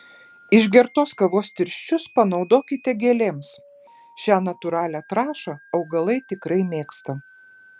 išgertos kavos tirščius panaudokite gėlėms šią natūralią trąšą augalai tikrai mėgsta